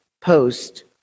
post